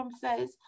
says